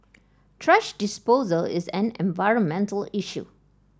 thrash disposal is an environmental issue